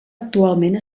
actualment